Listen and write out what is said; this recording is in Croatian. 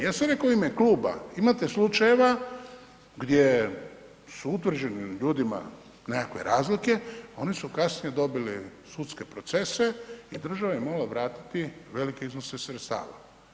Ja sam reko u ime kluba imate slučajeva gdje su utvrđeni ljudima nekakve razlike, oni su kasnije dobili sudske procese i država im je morala vratiti velike iznose sredstava.